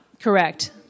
Correct